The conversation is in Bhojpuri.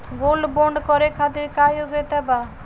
गोल्ड बोंड करे खातिर का योग्यता बा?